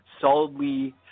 solidly